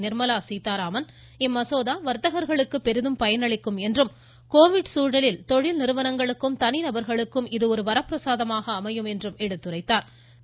நிர்மலா சீத்தாராமன் இம்மசோதா வா்த்தகர்களுக்கு பெரிதும் பயனளிக்கும் என்றும் கோவிட் சூழலில் தொழில் நிறுவனங்களுக்கும் தனி நபர்களுக்கும் இது ஒரு வரப்பிரசாதமாக அமையும் என்றும் எடுத்துரைத்தாா்